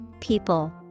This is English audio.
people